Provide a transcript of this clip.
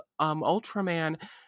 Ultraman